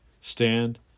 stand